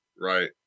right